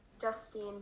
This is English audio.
Justine